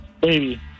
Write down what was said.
Baby